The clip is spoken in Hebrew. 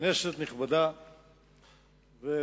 כנסת נכבדה וריקה,